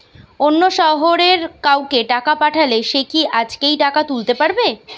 অন্য শহরের কাউকে টাকা পাঠালে সে কি আজকেই টাকা তুলতে পারবে?